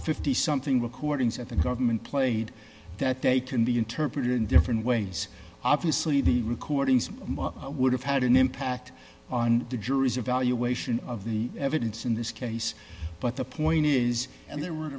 fifty something recordings at the government played that they can be interpreted in different ways obviously the recordings would have had an impact on the jury's evaluation of the evidence in this case but the point is and the